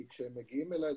כי כשהם מגיעים אלי,